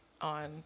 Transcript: on